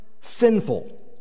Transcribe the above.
sinful